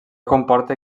comporta